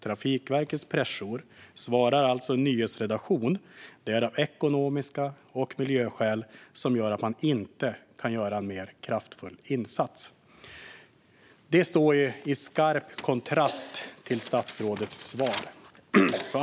Trafikverkets pressjour svarar alltså en nyhetsredaktion att det är av ekonomiska skäl och miljöskäl som man inte kan göra en mer kraftfull insats. Detta står i skarp kontrast till statsrådets svar.